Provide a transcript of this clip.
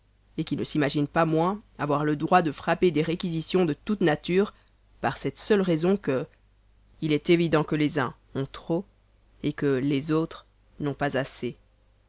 et qui ne s'imaginent pas moins avoir le droit de frapper des réquisitions de toute nature par cette seule raison que il est évident que les uns ont trop et que les autres n'ont pas assez